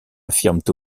affirment